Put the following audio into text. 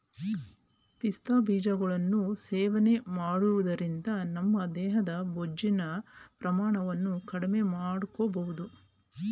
ಪಿಸ್ತಾ ಬೀಜಗಳನ್ನು ಸೇವನೆ ಮಾಡೋದ್ರಿಂದ ನಮ್ಮ ದೇಹದ ಬೊಜ್ಜಿನ ಪ್ರಮಾಣವನ್ನು ಕಡ್ಮೆಮಾಡ್ಬೋದು